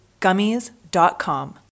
gummies.com